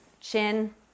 chin